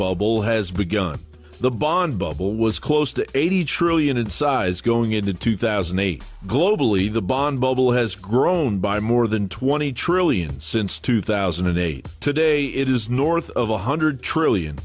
bubble has begun the bond bubble was close to eighty trillion in size going into two thousand and eight globally the bond bubble has grown by more than twenty trillion since two thousand and eight today it is north of one hundred trillion